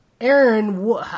Aaron